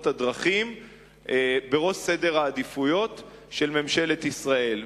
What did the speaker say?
הדרכים בראש סדר העדיפויות של ממשלת ישראל.